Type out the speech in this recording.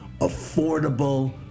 affordable